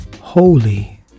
holy